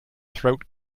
throat